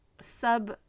sub